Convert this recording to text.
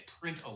print